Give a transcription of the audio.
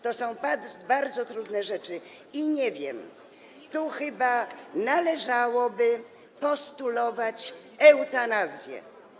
To są bardzo trudne rzeczy i nie wiem, tu chyba należałoby postulować eutanazję.